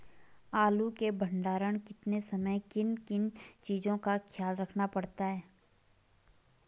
आलू के भंडारण करते समय किन किन चीज़ों का ख्याल रखना पड़ता है?